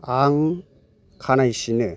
आं खानाइ सिनो